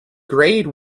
grade